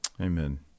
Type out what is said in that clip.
Amen